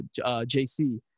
JC